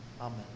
Amen